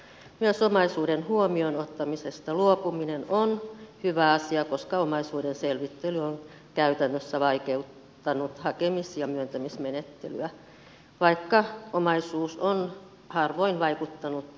myös omaisuuden huomioon ottamisesta luopuminen on hyvä asia koska omaisuuden selvittely on käytännössä vaikeuttanut hakemis ja myöntämismenettelyä vaikka omaisuus on harvoin vaikuttanut